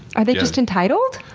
are they just entitled?